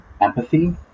empathy